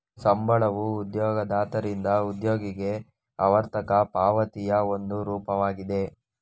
ಸಂಬಳವು ಉದ್ಯೋಗದಾತರಿಂದ ಉದ್ಯೋಗಿಗೆ ಆವರ್ತಕ ಪಾವತಿಯ ಒಂದು ರೂಪವಾಗಿದೆ